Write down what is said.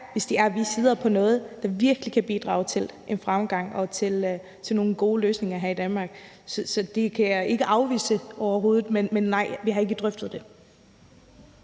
hvis det er, at vi sidder på noget, der virkelig kan bidrage til en fremgang og til nogle gode løsninger her i Danmark. Så det kan jeg ikke afvise overhovedet, men vi har ikke drøftet det,